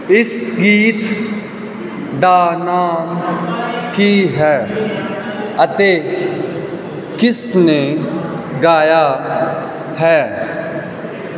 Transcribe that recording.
ਇਸ ਗੀਤ ਦਾ ਨਾਮ ਕੀ ਹੈ ਅਤੇ ਕਿਸ ਨੇ ਗਾਇਆ ਹੈ